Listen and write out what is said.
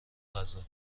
غذا